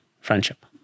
friendship